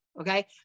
Okay